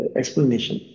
explanation